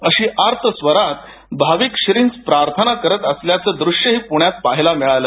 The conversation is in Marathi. अशी आर्तस्वरात भाविक श्रींस प्रार्थना करत असल्याचं दृष्यही प्रण्यात पाहायला मिळालं